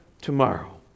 tomorrow